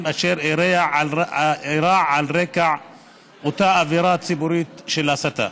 אשר אירעו על רקע אותה אווירה ציבורית של הסתה.